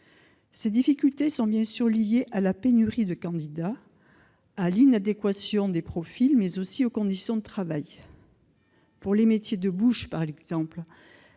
salariés. Elles sont bien sûr liées à la pénurie de candidats, à l'inadéquation des profils, mais aussi aux conditions de travail. Pour les métiers de bouche par exemple,